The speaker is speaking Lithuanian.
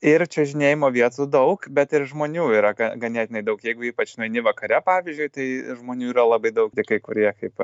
ir čiuožinėjimo vietų daug bet ir žmonių yra ga ganėtinai daug jeigu ypač nueini vakare pavyzdžiui tai žmonių yra labai daug tai kai kurie kaip